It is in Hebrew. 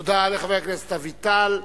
תודה לחבר הכנסת אביטל.